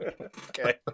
Okay